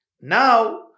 now